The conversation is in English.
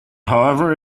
however